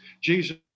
Jesus